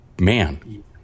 man